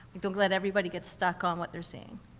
don't let everybody get stuck on what they're seeing.